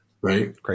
right